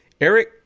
Eric